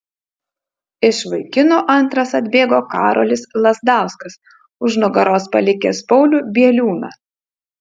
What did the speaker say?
iš vaikinų antras atbėgo karolis lazdauskas už nugaros palikęs paulių bieliūną